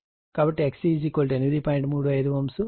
35 Ω 1 ω0C అవుతుంది